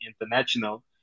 International